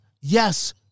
Yes